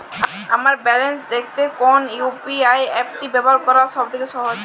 আমার ব্যালান্স দেখতে কোন ইউ.পি.আই অ্যাপটি ব্যবহার করা সব থেকে সহজ?